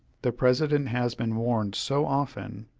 the president has been warned so often,